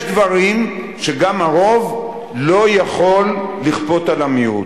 יש דברים שגם הרוב לא יכול לכפות על המיעוט.